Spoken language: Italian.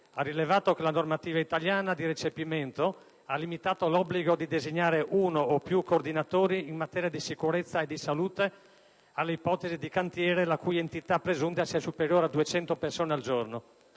ha rilevato che la normativa italiana di recepimento ha limitato l'obbligo di designare uno o più coordinatori in materia di sicurezza e di salute alle ipotesi di cantieri la cui entità presunta sia superiore a 200 persone al giorno,